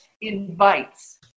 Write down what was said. invites